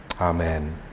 Amen